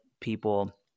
people